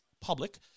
public